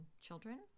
children